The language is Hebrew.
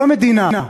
לא למדינה,